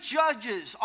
judges